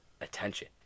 attention